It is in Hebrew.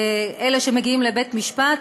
אלה שמגיעים לבית משפט,